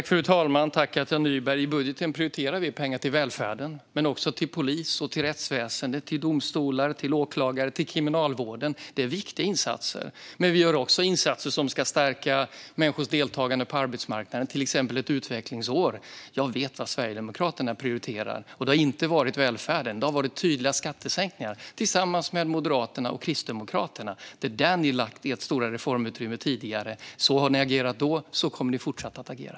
Fru talman! I budgeten prioriterar vi pengar till välfärden men också till polis och övrigt rättsväsen: domstolar, åklagare och kriminalvård. Det är viktiga insatser. Vi gör också insatser som ska stärka människors deltagande på arbetsmarknaden, till exempel ett utvecklingsår. Jag vet vad Sverigedemokraterna prioriterar, och det har inte varit välfärden. Det har varit tydliga skattesänkningar tillsammans med Moderaterna och Kristdemokraterna. Det är där ni har lagt ert stora reformutrymme tidigare. Så agerade ni då, och så kommer ni att fortsätta att agera.